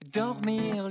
dormir